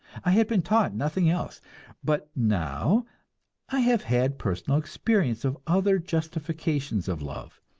i had been taught nothing else but now i have had personal experience of other justifications of love,